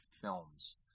films